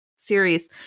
series